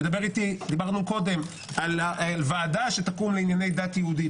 דיברנו קודם על ועדה שתקום לענייני דת יהודית.